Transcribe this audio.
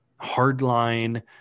hardline